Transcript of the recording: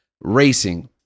racing